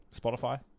Spotify